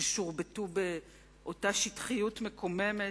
ששורבטו באותה שטחיות מקוממת,